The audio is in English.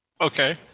Okay